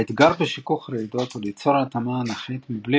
האתגר בשיכוך רעידות הוא ליצור התאמה אנכית מבלי